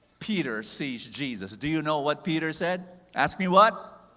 peter sees jesus. do you know what peter said? ask me what?